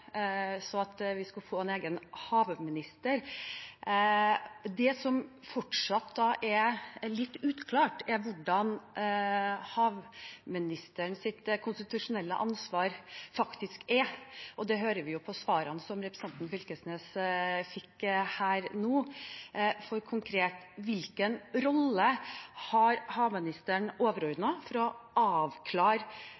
så at vi skulle få en egen havminister. Det som fortsatt er litt uklart, er hvordan havministerens konstitusjonelle ansvar faktisk er – og det hører vi på svarene som representanten Fylkesnes fikk nå. For konkret: Hvilken rolle har havministeren